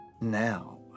Now